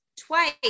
twice